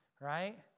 right